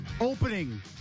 opening